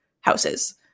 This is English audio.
houses